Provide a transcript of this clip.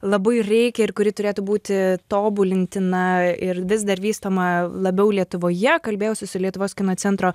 labai reikia ir kuri turėtų būti tobulintina ir vis dar vystoma labiau lietuvoje kalbėjausi su lietuvos kino centro